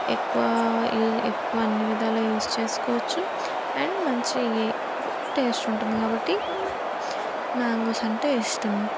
ఎక్కువ యూ ఎక్కువ అన్ని విధాలుగా యూస్ చేసుకోవచ్చు అండ్ మంచి టేస్టు ఉంటుంది కాబట్టి మ్యాంగోస్ అంటే ఇష్టం